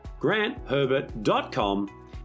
grantherbert.com